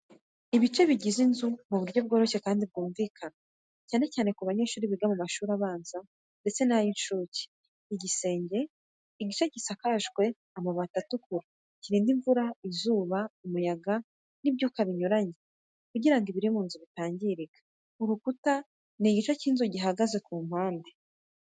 ibice bigize inzu mu buryo bworoshye kandi bwumvikana, cyane cyane ku banyeshuri biga mu mashuri abanza ndetse n'ayinshuke igisenge gisakajwe amabati atukura Kirinda imvura, izuba, umuyaga n’ibyuka binyuranye, kugira ngo ibiri mu nzu bitangirika Urukuta n'igice cy’inzu gihagaze ku mpande.